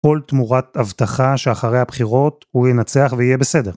כל תמורת אבטחה שאחרי הבחירות הוא ינצח ויהיה בסדר.